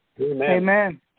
Amen